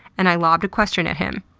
and i lobbed a question at him.